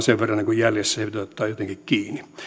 sen verran jäljessä ja se pitää ottaa jotenkin kiinni